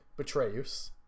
Betrayus